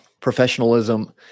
professionalism